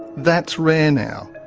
that's rare now.